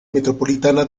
metropolitana